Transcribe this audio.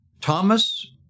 Thomas